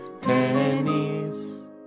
tennis